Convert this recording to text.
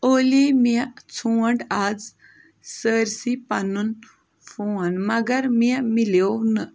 اولی مےٚ ژھونٛڈ اَز سٲرۍسٕے پَنُن فون مگر مےٚ میلیٚوو نہٕ